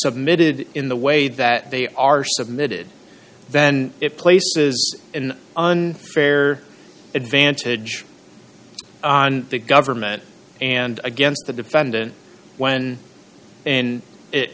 submitted in the way that they are submitted then it places in unfair advantage on the government and against the defendant when and it